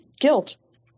guilt